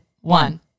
one